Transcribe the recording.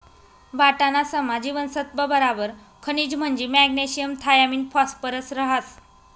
वाटाणासमा जीवनसत्त्व बराबर खनिज म्हंजी मॅग्नेशियम थायामिन फॉस्फरस रहास